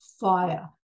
fire